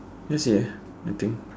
can't see eh I think